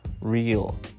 Real